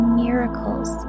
miracles